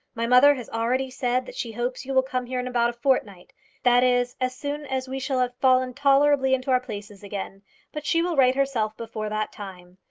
my mother has already said that she hopes you will come here in about a fortnight that is, as soon as we shall have fallen tolerably into our places again but she will write herself before that time.